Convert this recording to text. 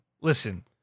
Listen